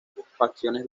facciones